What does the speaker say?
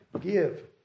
Give